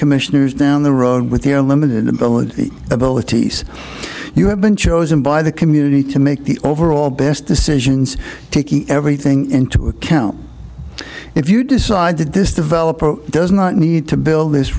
commissioners down the road with your limited ability abilities you have been chosen by the community to make the overall best decisions taking everything into account if you decide that this developer does not need to build this